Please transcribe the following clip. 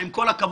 זו לא הכוונה.